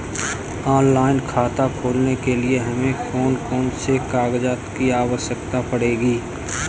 Online खाता खोलने के लिए हमें कौन कौन से कागजात की आवश्यकता पड़ेगी?